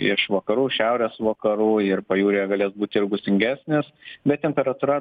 iš vakarų šiaurės vakarų ir pajūryje galės būti ir gūsingesnis bet temperatūra